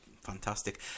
fantastic